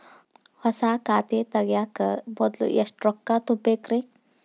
ಹೊಸಾ ಖಾತೆ ತಗ್ಯಾಕ ಮೊದ್ಲ ಎಷ್ಟ ರೊಕ್ಕಾ ತುಂಬೇಕ್ರಿ?